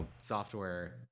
software